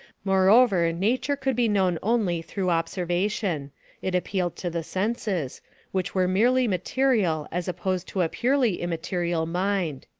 moreover nature could be known only through observation it appealed to the senses which were merely material as opposed to a purely immaterial mind.